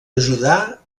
ajudar